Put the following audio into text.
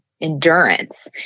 endurance